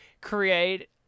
create